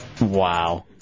Wow